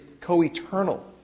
co-eternal